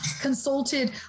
consulted